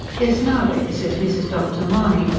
yes, nowadays, as mrs. dr. mahony,